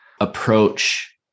approach